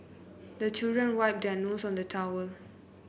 the children wipe their nose on the towel